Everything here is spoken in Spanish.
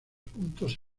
puntos